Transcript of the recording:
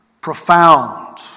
profound